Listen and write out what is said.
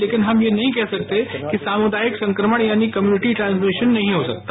लेकिन हम ये नहीं कह सकते कि सामुदायिक संक्रमण यानी कंयुनिटी ट्रांसमिशन नहीं हो सकता